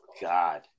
God